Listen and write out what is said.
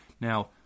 Now